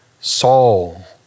Saul